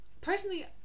Personally